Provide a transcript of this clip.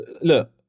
look